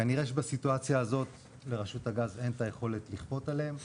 כנראה שבסיטואציה הזאת לרשות הגז אין את היכולת לכפות עליהם,